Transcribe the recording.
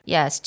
Yes